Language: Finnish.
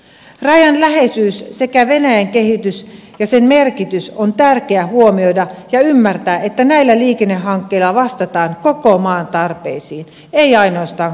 rajan läheisyys sekä venäjän kehitys ja sen merkitys on tärkeä huomioida ja ymmärtää että näillä liikennehankkeilla vastataan koko maan tarpeisiin ei ainoastaan kaakkois suomen